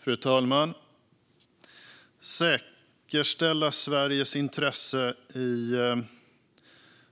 Fru talman! Att säkerställa Sveriges intresse i